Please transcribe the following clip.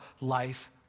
life